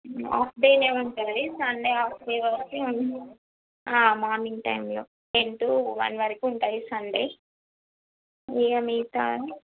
half డేనే ఉంటుంది Sunday half day వరకే మార్నింగ్ టైంలో టెన్ టు వన్ వరకు ఉంటుంది సండే ఇక మిగతా